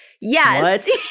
Yes